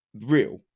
real